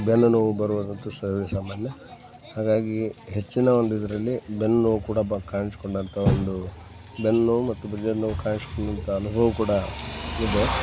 ಬೆನ್ನು ನೋವು ಬರುವುದಂತು ಸರ್ವೇ ಸಾಮಾನ್ಯ ಹಾಗಾಗಿ ಹೆಚ್ಚಿನ ಒಂದು ಇದರಲ್ಲಿ ಬೆನ್ನುನೋವು ಕೂಡ ಬ ಕಾಣಿಸ್ಕೊಂಡಂಥ ಒಂದು ಬೆನ್ನು ಮತ್ತು ಭುಜದ ನೋವು ಕಾಣಿಸ್ಕೊಂಡಂಥ ಅನುಭವ ಕೂಡ ಇದೆ